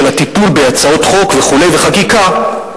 של הטיפול בהצעות חוק וכו' וחקיקה,